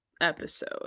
episode